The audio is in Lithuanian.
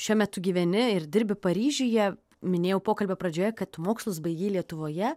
šiuo metu gyveni ir dirbi paryžiuje minėjau pokalbio pradžioje kad tu mokslus baigei lietuvoje